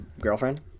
girlfriend